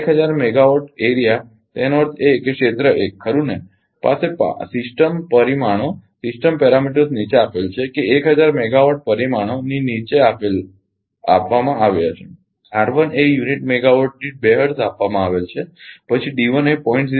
1000 megawatt વિસ્તાર તેનો અર્થ એ કે ક્ષેત્ર 1 ખરુ ને પાસે સિસ્ટમ પરિમાણો નીચે આપેલ છે કે 1000 મેગાવાટ પરિમાણો ની નીચે આપવામાં આવ્યા છે R1 એ યુનિટ મેગાવાટ દીઠ 2 હર્ટ્ઝ આપવામાં આવેલ છે પછી D1 એ 0